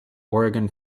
oregon